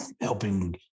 helping